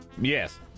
Yes